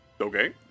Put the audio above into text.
Okay